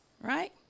right